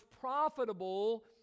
profitable